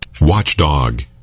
Watchdog